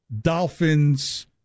Dolphins